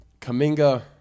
Kaminga